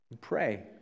pray